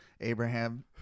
Abraham